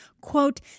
quote